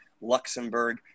Luxembourg